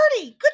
Good